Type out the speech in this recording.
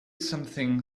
something